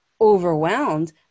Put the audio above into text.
overwhelmed